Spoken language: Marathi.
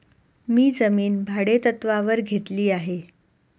मी जमीन भाडेतत्त्वावर घेतली आहे